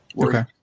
Okay